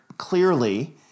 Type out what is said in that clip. clearly